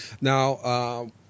Now